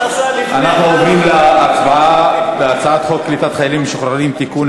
אנחנו עוברים להצבעה על הצעת חוק קליטת חיילים משוחררים (תיקון,